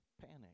panic